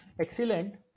excellent